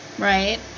Right